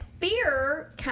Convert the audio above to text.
fear